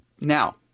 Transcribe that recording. Now